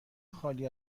خالی